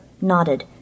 nodded